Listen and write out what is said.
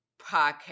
podcast